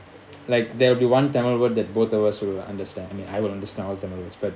like there'll be one tamil word that both of us will understand I mean I would understand all tamil words but